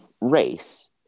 race